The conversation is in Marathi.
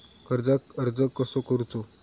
कर्जाक अर्ज कसो करूचो?